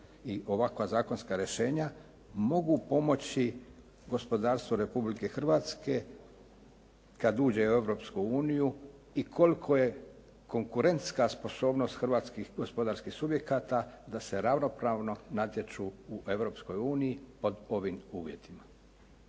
i ovakva zakonska rješenja mogu pomoći gospodarstvu Republike Hrvatske kad uđe u Europsku uniju i kolika je konkurentska sposobnost hrvatskih gospodarskih subjekata da se ravnopravno natječu u Europskoj uniji pod ovim uvjetima.